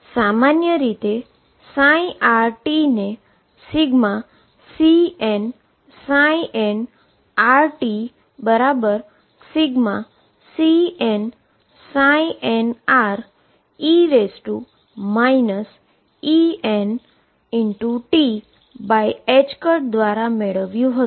તેથી સામાન્ય રીતે ψrt ને ∑Cnnrt∑Cnne iEnt દ્વારા મેળવ્યુ હતુ